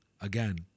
again